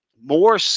more